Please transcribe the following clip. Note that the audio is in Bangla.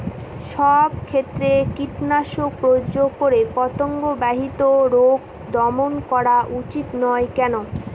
সব ক্ষেত্রে কীটনাশক প্রয়োগ করে পতঙ্গ বাহিত রোগ দমন করা উচিৎ নয় কেন?